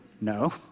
no